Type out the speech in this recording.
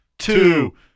Two